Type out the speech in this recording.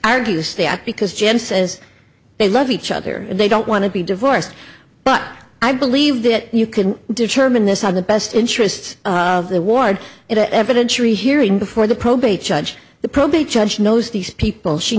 argues because jen says they love each other and they don't want to be divorced but i believe that you can determine this are the best interests of the ward in a evidentiary hearing before the probate judge the probate judge knows these people she